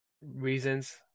reasons